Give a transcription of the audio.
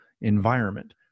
environment